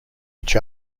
each